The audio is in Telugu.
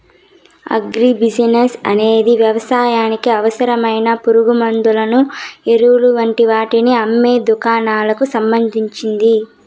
అగ్రి బిసినెస్ అనేది వ్యవసాయానికి అవసరమైన పురుగుమండులను, ఎరువులు వంటి వాటిని అమ్మే దుకాణాలకు సంబంధించింది